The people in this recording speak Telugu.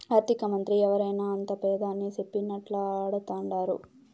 ఆర్థికమంత్రి ఎవరైనా అంతా పెదాని సెప్పినట్లా ఆడతండారు